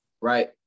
right